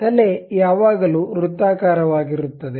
ತಲೆ ಯಾವಾಗಲೂ ವೃತ್ತಾಕಾರವಾಗಿರುತ್ತದೆ